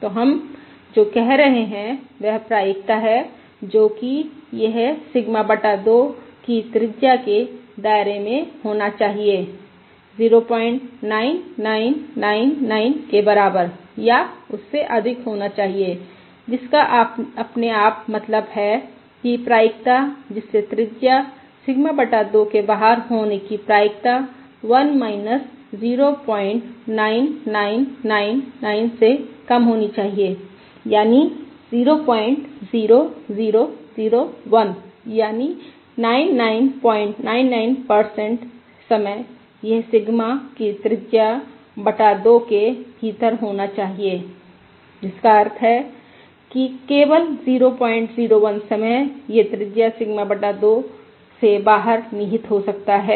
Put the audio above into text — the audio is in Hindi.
तो हम जो कह रहे हैं वह प्रायिकता है जो कि यह सिग्मा बटा 2 की त्रिज्या के दायरे में होना चाहिए 09999 के बराबर या उससे अधिक होना चाहिए जिसका अपने आप मतलब है कि प्रायिकता जिससे त्रिज्या सिग्मा बटा 2 के बाहर होने की प्रायिकता 1 09999 से कम होनी चाहिए यानी 00001 यानी 9999 समय यह सिग्मा की त्रिज्या बटा 2 के भीतर होना चाहिए जिसका अर्थ है कि केवल 001 समय यह त्रिज्या सिग्मा बटा 2 से बाहर निहित हो सकता है